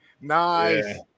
Nice